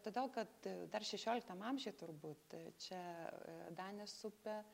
todėl kad dar šešioliktam amžiuj turbūt čia danės upė